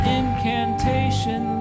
incantation